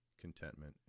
contentment